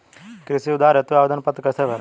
कृषि उधार हेतु आवेदन पत्र कैसे भरें?